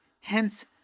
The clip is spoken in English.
hence